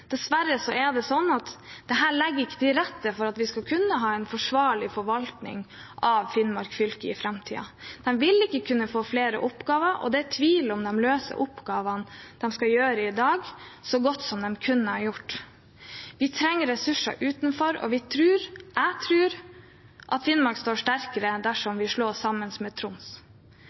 Dessverre er det slik at dette ikke legger til rette for at vi skal kunne ha en forsvarlig forvaltning av Finnmark fylke i framtiden. De vil ikke kunne få flere oppgaver, og det er tvil om hvorvidt de løser oppgavene de skal gjøre i dag, så godt som de kunne ha gjort. Vi trenger ressurser utenfra, og jeg tror at Finnmark står sterkere dersom vi slås sammen med Troms.